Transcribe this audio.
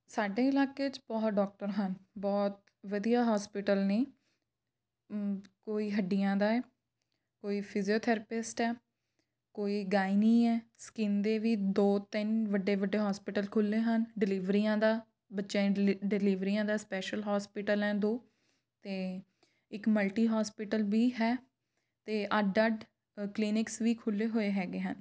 ਸਾਡੇ ਇਲਾਕੇ 'ਚ ਬਹੁਤ ਡੋਕਟਰ ਹਨ ਬਹੁਤ ਵਧੀਆ ਹੋਸਪਿਟਲ ਨੇ ਕੋਈ ਹੱਡੀਆਂ ਦਾ ਹੈ ਕੋਈ ਫਿਜਓਥੈਰਪਿਸਟ ਹੈ ਕੋਈ ਗਾਈਨੀ ਹੈ ਸਕਿੰਨ ਦੇ ਵੀ ਦੋ ਤਿੰਨ ਵੱਡੇ ਵੱਡੇ ਹੋਸਪਿਟਲ ਖੁੱਲ੍ਹੇ ਹਨ ਡਿਲੀਵਰੀਆਂ ਦਾ ਬੱਚਿਆਂ ਦੀ ਡਿਲੀ ਡਿਲੀਵਰੀਆਂ ਦਾ ਸਪੈਸ਼ਲ ਹੋਸਪਿਟਲ ਹੈ ਦੋ ਅਤੇ ਇੱਕ ਮਲਟੀ ਹੋਸਪਿਟਲ ਵੀ ਹੈ ਅਤੇ ਅੱਡ ਅੱਡ ਕਲੀਨਿਕਸ ਵੀ ਖੁੱਲ੍ਹੇ ਹੋਏ ਹੈਗੇ ਹਨ